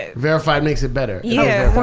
ah verified makes it better. yeah